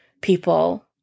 people